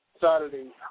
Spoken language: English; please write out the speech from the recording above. Saturday